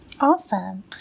Awesome